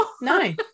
No